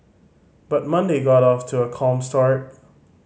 but Monday got off to a calm start